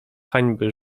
hańby